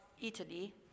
Italy